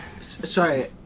Sorry